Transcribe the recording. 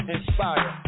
Inspire